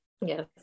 Yes